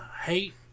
hate